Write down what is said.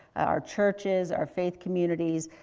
our churches, our faith communities,